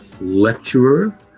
lecturer